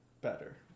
Better